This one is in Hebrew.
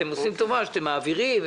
אתם עושים טובה שאתם מעבירים...